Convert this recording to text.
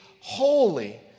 Holy